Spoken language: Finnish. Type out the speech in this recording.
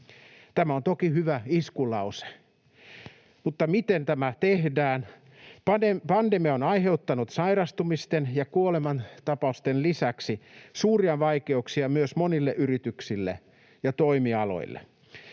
Tämä on toki hyvä iskulause, mutta miten tämä tehdään? Pandemia on aiheuttanut sairastumisten ja kuolemantapausten lisäksi suuria vaikeuksia myös monille yrityksille ja toimialoille.